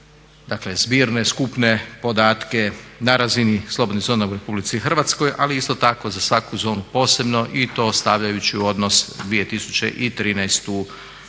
dakle zbirne, skupne podatke na razini slobodnih zona u Republici Hrvatskoj ali i isto tako za svaku zonu posebno i to stavljajući u odnos 2013. na